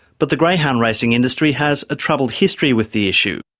but the greyhound racing industry has a troubled history with the issue.